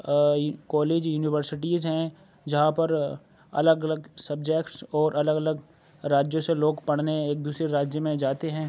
college universities ہیں جہاں پر الگ الگ سبجیکٹس اور الگ الگ راجیوں سے لوگ پڑھنے ایک دوسرے راجیہ میں جاتے ہیں